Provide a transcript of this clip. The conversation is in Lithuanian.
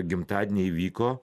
gimtadieniai vyko